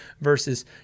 versus